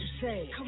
say